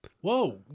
Whoa